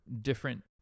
different